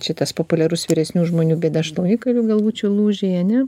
šitas populiarus vyresnių žmonių bėda šlaunikaulių galvučių lūžai ane